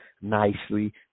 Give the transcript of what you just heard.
nicely